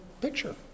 picture